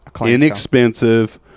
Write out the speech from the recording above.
inexpensive